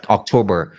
October